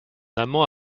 amant